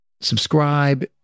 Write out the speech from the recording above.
subscribe